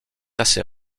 assez